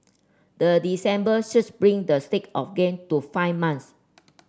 the December surge bring the streak of gain to five months